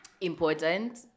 important